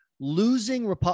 Losing